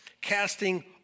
Casting